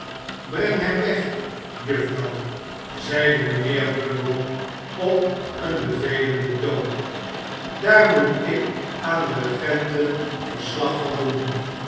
breng hem weg juffrouw zeide mijnheer bumble op een bevelenden toon daar moet ik aan de regenten verslag van doen